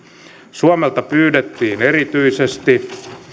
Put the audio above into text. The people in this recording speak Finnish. suomelta pyydettiin erityisesti